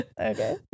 Okay